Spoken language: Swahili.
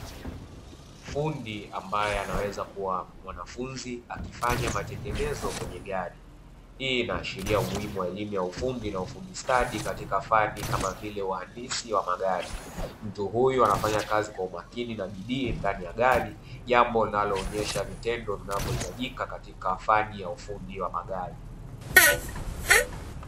Fundi ambaye anaweza kuwa mwanafunzi alifanya matengenezo kwenye gari. Hii inaashiria umuhimu wa elimu ya ufundi na ufundi stadi katika fani kama vile uhandisi wa magari. Mtu huyu anafanya kazi kwa umakini na bidii ndani ya gari jambo ambalo linaonesha vitendo vinavyohitajika katika fani ya ufundi wa magari.